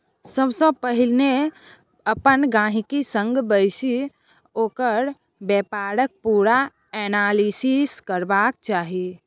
सबसँ पहिले अपन गहिंकी संग बैसि ओकर बेपारक पुरा एनालिसिस करबाक चाही